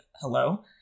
hello